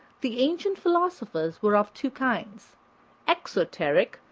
the ancient philosophies were of two kinds exoteric,